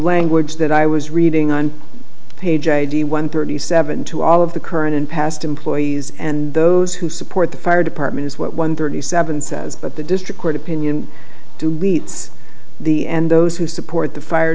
language that i was reading on page eighty one thirty seven to all of the current and past employees and those who support the fire department is what one thirty seven says but the district court opinion to wheats the and those who support the fire